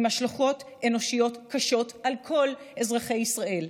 עם השלכות אנושיות קשות על כל אזרחי ישראל,